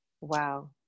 wow